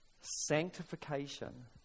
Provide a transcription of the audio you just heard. Sanctification